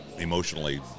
Emotionally